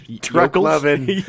truck-loving